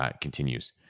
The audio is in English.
continues